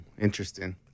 interesting